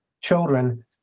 children